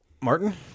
Martin